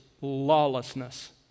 lawlessness